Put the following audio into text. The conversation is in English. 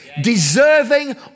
Deserving